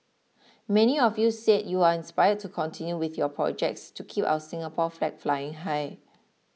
many of you said you are inspired to continue with your projects to keep our Singapore flag flying high